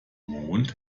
mond